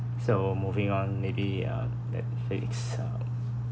so moving on maybe uh let fix uh